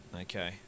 Okay